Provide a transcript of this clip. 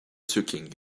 king